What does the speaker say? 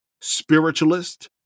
spiritualist